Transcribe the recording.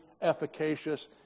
efficacious